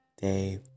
day